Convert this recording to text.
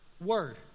word